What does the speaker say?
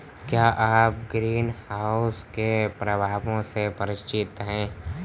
क्या आप ग्रीनहाउस के प्रभावों से परिचित हैं?